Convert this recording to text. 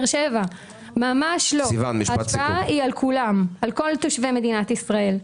באר שבע אלא על כל תושבי מדינת ישראל.